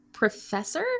professor